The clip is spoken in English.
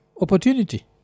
Opportunity